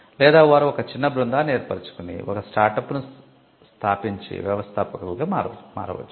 లేదా వారు ఒక చిన్న బృందాన్ని ఏర్పరుచుకుని ఒక స్టార్ట్అప్ సంస్థను స్థాపించి వ్యవస్థాపకులుగా మారవచ్చు